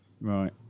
right